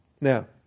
Now